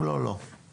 אם לא, לא.